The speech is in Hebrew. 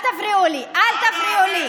מה דעתך לגבי הממשלה, הממשלה שלך, לגבי רמת הגולן.